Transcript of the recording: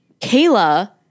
Kayla